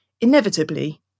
inevitably